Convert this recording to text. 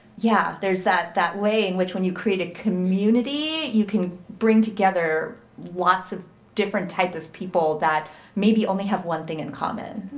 yeah. there's that that way in which when you create a community, you can bring together lots of different type of people that maybe only have one thing in common.